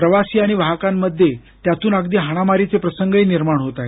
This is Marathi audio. प्रवासी आणि वाहकांमध्ये त्यातून अगदी हाणामारीचे प्रसंगही निर्माण होत आहेत